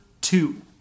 two